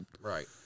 Right